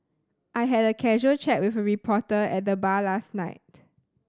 I had a casual chat with a reporter at the bar last night